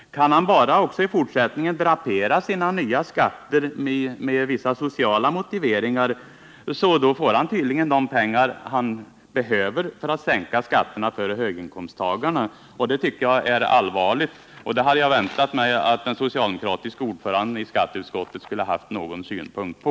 Kan han även i fortsättningen drapera sina nya skatter i vissa sociala motiveringar, får han tydligen de pengar han behöver för att sänka skatterna för höginkomsttagarna. Det tycker jag är allvarligt, och det hade jag väntat mig att den socialdemokratiske ordföranden i skatteutskottet skulle ha haft någon synpunkt på.